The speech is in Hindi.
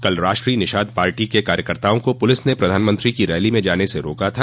कल राष्ट्रीय निषाद पार्टी के कार्यकर्ताओं को पुलिस ने प्रधानमंत्री की रैली में जाने से रोका था